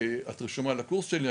את רשומה לקורס שלי,